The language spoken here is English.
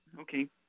okay